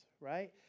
right